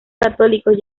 católicos